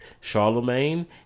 Charlemagne